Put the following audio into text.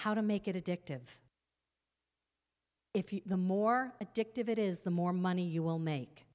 how to make it addictive if you the more addictive it is the more money you will